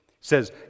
says